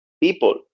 people